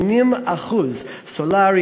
80% סולרי,